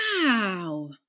wow